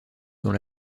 dans